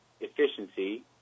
efficiency